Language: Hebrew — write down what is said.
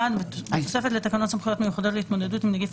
1. בתוספת לתקנות סמכויות מיוחדות להתמודדות עם נגיף